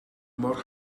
mor